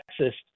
Texas